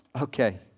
okay